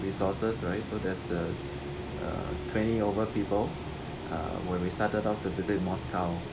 resources right so there's uh a training over people uh when we started out to visit moscow